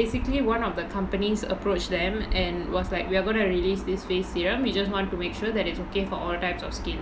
basically one of the companies approach them and was like we're gonna release this face serum we just want to make sure that it's okay for all types of skin